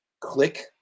click